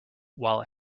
while